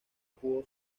pudo